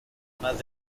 más